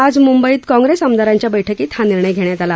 आज मुंबईत काँग्रेस आमदारांच्या बैठकीत हा निर्णय घेण्यात आला